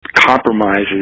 compromises